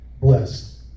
Blessed